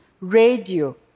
radio